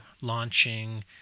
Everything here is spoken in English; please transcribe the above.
launching